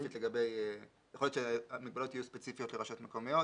יכול להיות שהמגבלות יהיו ספציפיות לרשויות מקומיות,